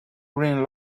green